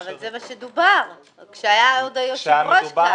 אבל זה מה שדובר כשעוד היו"ר היה כאן.